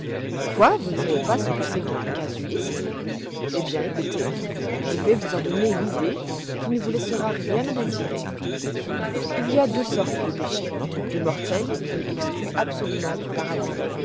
quoi vous ne savez pas ce que c'est qu'un casuiste eh bien écoutez je vais vous en donner une idée qui ne vous laissera rien à désirer il y a deux sortes de péchés de mortels qui excluent absolument du paradis